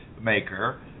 maker